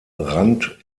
rand